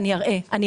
אנחנו